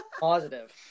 positive